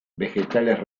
vegetales